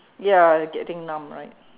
ya getting numb right